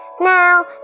Now